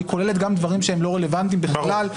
היא כוללת גם דברים שהם לא רלוונטיים בכלל,